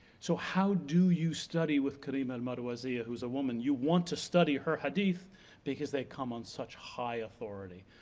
so how do you study with karima al-marwaziyya who is a woman? you want to study her hadith because they come on such high authority.